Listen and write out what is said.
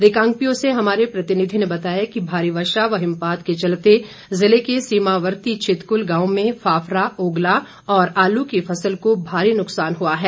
रिकांगपिओ से हमारे प्रतिनिधि ने बताया कि भारी वर्षा व हिमपात के चलते ज़िले के सीमावर्ती छितकुल गांव में फाफरा ओगला और आलू की फसल को भारी नुकसान हुआ है